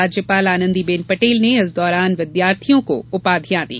राज्यपाल आनंदीबेन पटेल ने इस दौरान विद्यार्थियों को उपाधियां दी